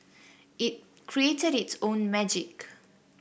it created its own magic